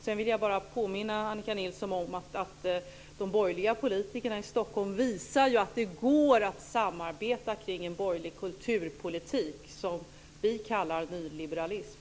Sedan vill jag bara påminna Annika Nilsson om att de borgerliga politikerna i Stockholm visar att det går att samarbeta kring en borgerlig kulturpolitik, som vi kallar nyliberalism.